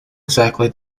exactly